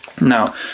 Now